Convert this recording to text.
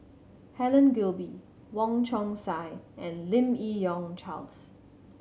Helen Gilbey Wong Chong Sai and Lim Yi Yong Charles